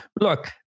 look